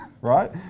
right